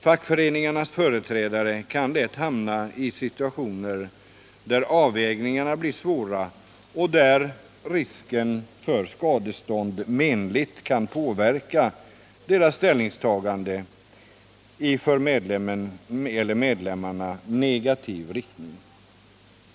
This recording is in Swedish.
Fackföreningarnas företrädare kan lätt hamna i situationer där avvägningarna blir svåra och där risken för skadestånd menligt kan påverka deras ställningstagande i för medlemmarna negativ riktning.